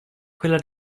quella